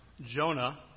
Jonah